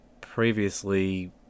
Previously